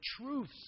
truths